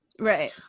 right